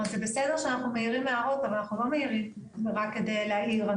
זה בסדר שאנחנו מעירים הערות אבל אנחנו לא מעירים רק כדי להעיר,